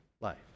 life